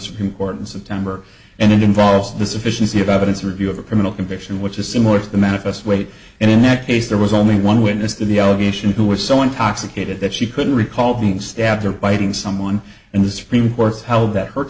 supreme court in september and it involves the sufficiency of evidence review of a criminal conviction which is similar to the manifest weight and in that case there was only one witness to the allegation who was so intoxicated that she couldn't recall being stabbed or biting someone in the supreme court's held that h